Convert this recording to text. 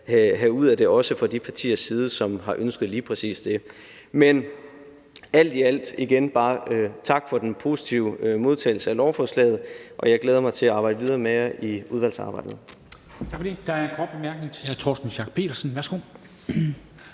have ud af det, også fra de partiers side, som har ønsket lige præcis det. Men alt i alt igen bare tak for den positive modtagelse af lovforslaget. Jeg glæder mig til at arbejde videre med jer i udvalgsarbejdet.